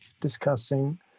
discussing